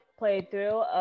playthrough